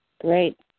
Great